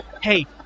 hey